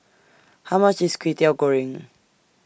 How much IS Kway Teow Goreng